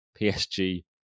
PSG